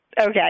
Okay